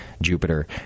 Jupiter